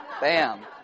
Bam